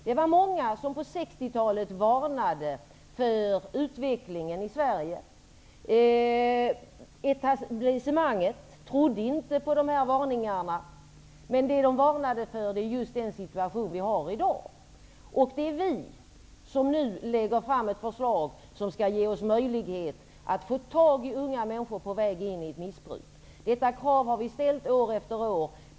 Det var många som på 60-talet varnade för utvecklingen i Sverige. Etablissemanget trodde inte på varningarna. Men det de varnade för är just den situation som råder i dag. Det är regeringen som nu lägger fram ett förslag som skall ge möjlighet att få tag i unga människor på väg in i missbruk. Detta krav har vi moderater ställt år efter år.